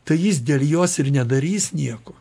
tai jis dėl jos ir nedarys nieko